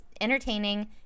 entertaining